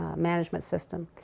management system.